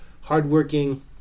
hardworking